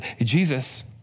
Jesus